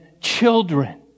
children